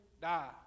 die